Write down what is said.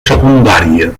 secundària